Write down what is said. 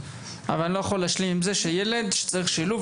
אבל אני לא יכול להשלים עם זה שילד שצריך שילוב,